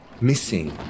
missing